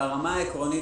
עקרונית,